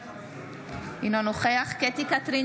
אינו נוכח קטי קטרין